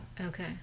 Okay